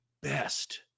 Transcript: best